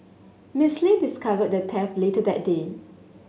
Mister Lee discovered the theft later that day